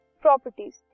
properties